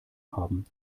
haben